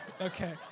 Okay